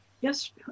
yes